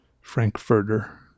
Frankfurter